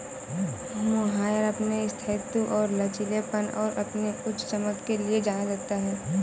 mohair अपने स्थायित्व और लचीलेपन और अपनी उच्च चमक के लिए जाना जाता है